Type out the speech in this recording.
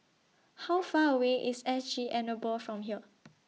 How Far away IS S G Enable from here